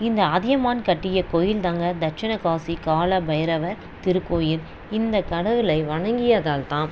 இந்த அதியமான் கட்டிய கோயில் தாங்க தட்சிணகாசி காலபைரவர் திருக்கோயில் இந்தக் கடவுளை வணங்கியதால் தான்